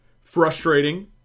frustrating